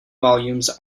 volumes